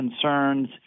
concerns